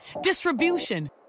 distribution